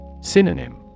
Synonym